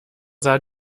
sah